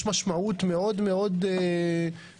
יש משמעות מאוד לאומית,